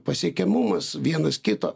pasiekiamumas vienas kito